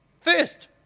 First